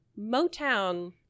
motown